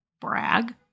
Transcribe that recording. Brag